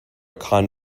kind